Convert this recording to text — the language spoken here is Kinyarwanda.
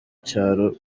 cyaro